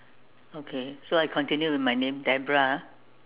okay so I continue with my name Deborah ah